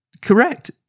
correct